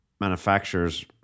manufacturers